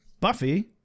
Buffy